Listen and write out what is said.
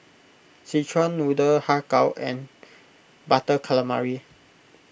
Szechuan Noodle Har Kow and Butter Calamari